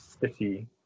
city